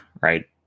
right